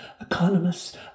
economists